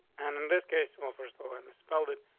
and in this case, well, first of all, i misspelled it.